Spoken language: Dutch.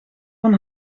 van